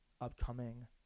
upcoming